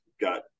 got